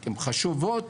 הן חשובות,